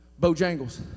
Bojangles